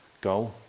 goal